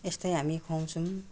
यस्तै हामी खुवाउँछौँ